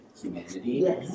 humanity